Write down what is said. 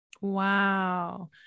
Wow